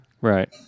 Right